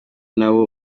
nabo